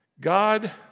God